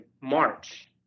March